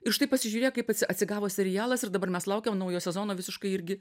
ir štai pasižiūrėk kaip atsigavo serialas ir dabar mes laukiam naujo sezono visiškai irgi